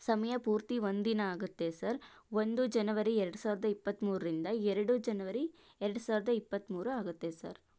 ಸಮಯ ಪೂರ್ತಿ ಒಂದಿನ ಆಗುತ್ತೆ ಸರ್ ಒಂದು ಜನವರಿ ಎರಡು ಸಾವಿರದ ಇಪ್ಪತ್ತ್ಮೂರಿಂದ ಎರಡು ಜನವರಿ ಎರಡು ಸಾವಿರದ ಇಪ್ಪತ್ತ್ಮೂರು ಆಗುತ್ತೆ ಸರ್